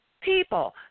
People